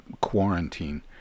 quarantine